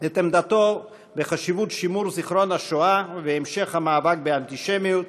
את עמדתו בחשיבות שימור זיכרון השואה והמשך המאבק באנטישמיות,